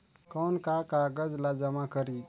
कौन का कागज ला जमा करी?